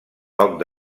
poc